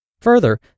Further